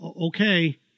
Okay